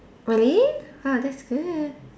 really !wah! that's good